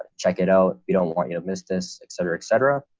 check it out, we don't want you to miss this etc, etc.